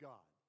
God